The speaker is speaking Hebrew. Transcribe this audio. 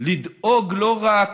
לדאוג לא רק